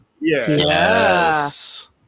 Yes